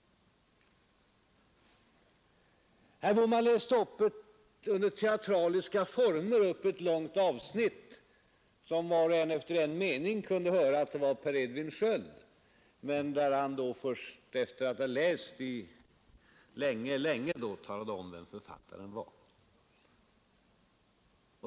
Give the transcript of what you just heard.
Herr Bohman läste under teatraliska former upp ett långt avsnitt, som var och en efter en mening kunde höra var ett tal av Per Edvin Sköld. Men herr Bohman läste länge, innan han talade om vem författaren var.